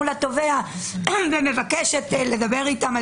מול התובע ומבקשת לדבר איתם,